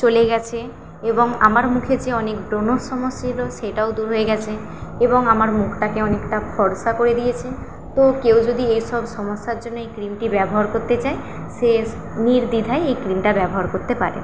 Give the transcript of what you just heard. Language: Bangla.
চলে গেছে এবং আমার মুখে যে অনেক ব্রণর সমস্যা ছিলো সেটাও দূর হয়ে গেছে এবং আমার মুখটাকে অনেকটা ফর্সা করে দিয়েছে তো কেউ যদি এইসব সমস্যার জন্যে এই ক্রিমটি ব্যবহার করতে চায় সে নির্দ্বিধায় এই ক্রিমটা ব্যবহার করতে পারে